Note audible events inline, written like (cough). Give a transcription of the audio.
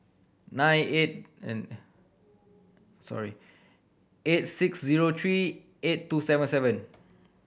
nine eight (unintelligible) sorry eight six zero three eight two seven seven